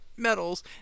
metals